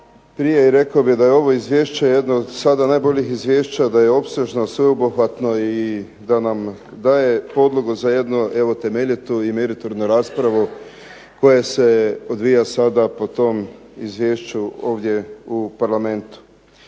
prije i rekao bih da je ovo izvješće jedno od dosada najboljih izvješća, da je opsežno, sveobuhvatno i da nam daje podlogu za jednu evo temeljitu i meritornu raspravu koja se odvija sada po tom izvješću ovdje u Parlamentu.